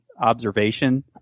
observation